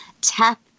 tap